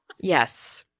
yes